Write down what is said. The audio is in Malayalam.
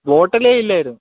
ബോട്ടിലേ ഇല്ലായിരുന്നു